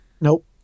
Nope